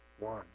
One